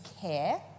care